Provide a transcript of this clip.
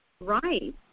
right